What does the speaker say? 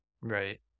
Right